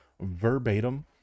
verbatim